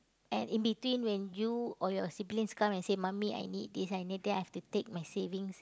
and in between when you or your siblings come and say mummy I need this I need that I have to take my savings